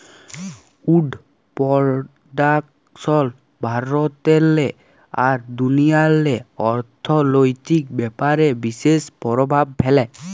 would পরডাকশল ভারতেল্লে আর দুনিয়াল্লে অথ্থলৈতিক ব্যাপারে বিশেষ পরভাব ফ্যালে